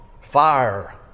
fire